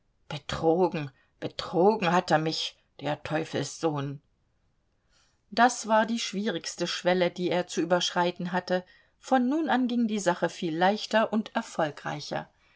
betrogen betrogen hat er mich der teufelssohn das war die schwierigste schwelle die er zu überschreiten hatte von nun an ging die sache viel leichter und erfolgreicher